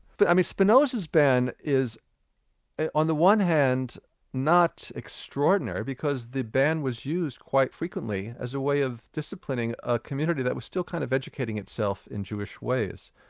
but spinoza's ban is on the one hand not extraordinary, because the ban was used quite frequently as a way of disciplining a community that was still kind of educating itself in jewish ways.